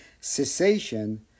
cessation